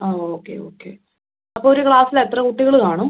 ആ okay okay അപ്പോൾ ഒരു ക്ലാസ്സിൽ എത്ര കുട്ടികൾ കാണും